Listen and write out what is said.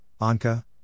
Anka